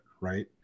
right